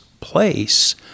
place